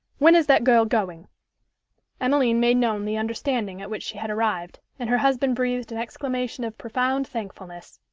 when is that girl going emmeline made known the understanding at which she had arrived, and her husband breathed an exclamation of profound thankfulness.